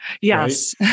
Yes